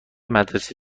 مدرسه